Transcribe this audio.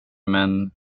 men